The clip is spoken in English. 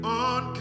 on